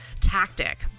tactic